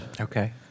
Okay